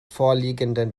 vorliegenden